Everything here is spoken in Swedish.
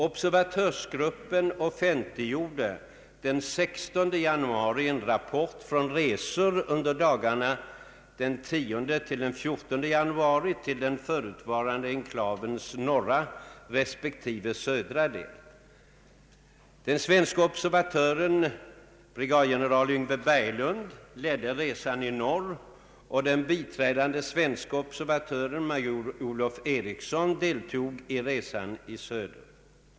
Observatörsgruppen = offentliggjorde den 16 januari en rapport från resor under dagarna 10—14 januari till den förutvarande cnklavens norra respektive södra del. Den svenske observatören, brigadgeneral Yngve Berglund, ledde resan i norr och den biträdande svenske observatören, major Olov Eriksson, deltog i resan i söder.